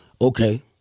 okay